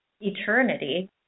eternity